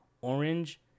Orange